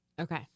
Okay